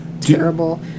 terrible